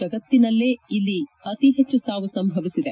ಜಗತ್ತಿನಲ್ಲೇ ಇಲ್ಲಿ ಅತಿ ಹೆಚ್ಚಿನ ಸಾವು ಸಂಭವಿಸಿದೆ